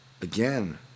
again